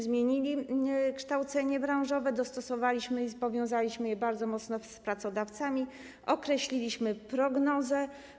Zmieniliśmy kształcenie branżowe, dostosowaliśmy je, powiązaliśmy je bardzo mocno z pracodawcami, określiliśmy prognozę.